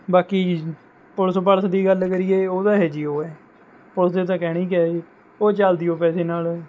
ਬਾਕੀ ਪੁਲਸ ਪਾਲਸ ਦੀ ਗੱਲ ਕਰੀਏ ਉਹ ਤਾਂ ਅਹੀਜੀ ਓ ਆ ਪੁਲਸ ਦੇ ਤਾ ਕਹਿਣੇ ਹੀ ਕਆ ਏ ਉਹ ਚੱਲਦੀਓ ਪੈਸੇ ਨਾਲ਼ ਐ